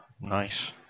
Nice